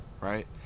right